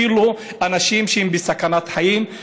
אפילו אנשים שהם בסכנת חיים,